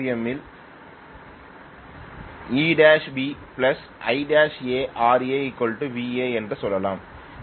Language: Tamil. எம்மில் EbIaRaVa என்று சொல்லலாம்